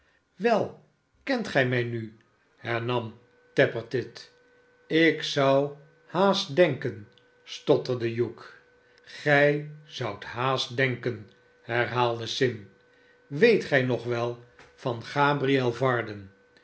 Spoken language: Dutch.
wel kent gij mij nu hernam tappertit ik zou haast denken stotterde hugh gij zoudt haast denken herhaalde sim weet gij nog wel van gabriel varden